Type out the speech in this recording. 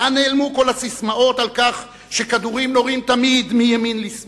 לאן נעלמו כל הססמאות על כך שהכדורים נורים תמיד מימין לשמאל?